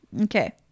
Okay